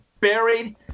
buried